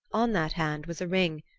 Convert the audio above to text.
on that hand was a ring,